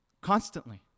Constantly